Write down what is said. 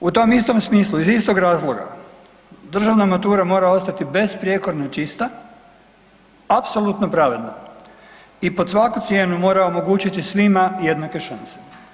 U tom istom smislu iz istog razloga, državna matura mora ostati besprijekorno čista, apsolutno pravedna i pod svaku cijenu mora omogućiti svima jednake šanse.